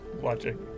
watching